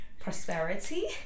prosperity